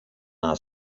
our